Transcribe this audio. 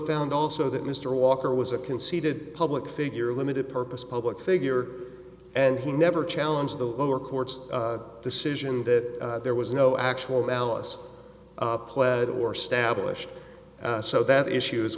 found also that mr walker was a conceited public figure limited purpose public figure and he never challenge the lower court's decision that there was no actual malice pled or stablish so that issue